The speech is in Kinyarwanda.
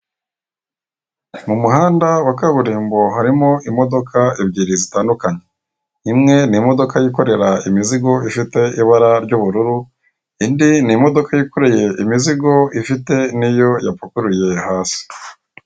Mu muhanda wa kaburimbo harimo imodoka ebyiri zitandukanye, imwe n'imodoka yikorera imizigo ifite ibara ry'ubururu indi n'imodoka yikoreye imizigo ifite n'iyo yapakururiye hasi.